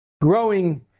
growing